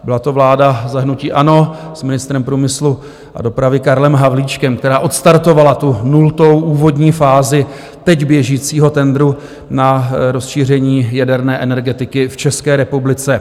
Byla to vláda za hnutí ANO s ministrem průmyslu a dopravy Karlem Havlíčkem, která odstartovala tu nultou úvodní fázi teď běžícího tendru na rozšíření jaderné energetiky v České republice.